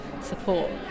support